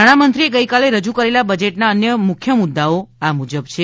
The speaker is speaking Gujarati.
નાણામંત્રીએ ગઇકાલે રજુ કરેલા બજેટના અન્ય મુખ્ય મુદ્દાઓ આ મુજબ છે